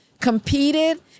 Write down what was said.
competed